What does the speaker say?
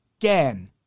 again